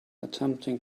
attempting